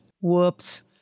Whoops